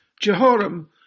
Jehoram